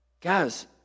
Guys